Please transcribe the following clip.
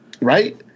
Right